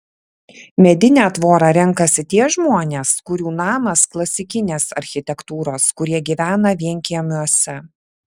medinę tvorą renkasi tie žmonės kurių namas klasikinės architektūros kurie gyvena vienkiemiuose